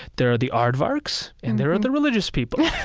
there are the aardvarks and there are the religious people,